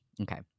Okay